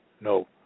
No